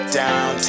down